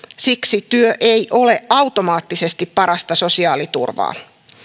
siksi työ ei ole automaattisesti parasta sosiaaliturvaa